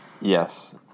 Yes